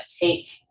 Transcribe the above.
take